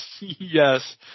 Yes